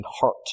heart